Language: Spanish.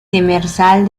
demersal